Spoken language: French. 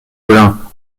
collin